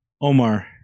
Omar